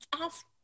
ask